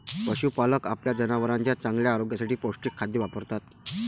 पशुपालक आपल्या जनावरांच्या चांगल्या आरोग्यासाठी पौष्टिक खाद्य वापरतात